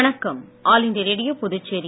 வணக்கம் all India Radio Puducherry